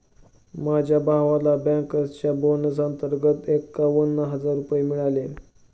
माझ्या भावाला बँकर्सच्या बोनस अंतर्गत एकावन्न हजार रुपये मिळाले